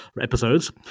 episodes